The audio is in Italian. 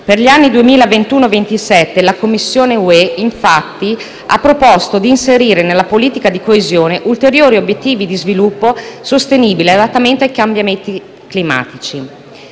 Per gli anni 2021-2027 la Commissione europea ha infatti proposto di inserire nella politica di coesione ulteriori obiettivi di sviluppo sostenibile e adattamento ai cambiamenti climatici.